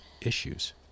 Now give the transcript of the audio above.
issues